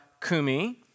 kumi